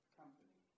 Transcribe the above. company